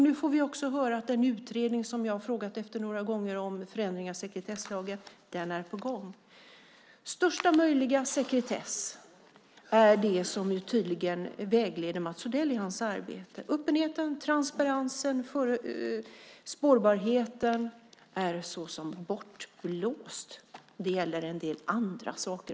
Nu får vi höra att den utredning om sekretesslagen som jag har frågat om några gånger är på gång. Största möjliga sekretess är tydligen det som vägleder Mats Odell i hans arbete. Öppenheten, transparensen och spårbarheten är som bortblåsta. Det gäller också en del andra saker.